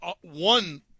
one